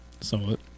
Somewhat